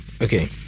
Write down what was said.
Okay